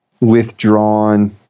withdrawn